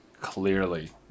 clearly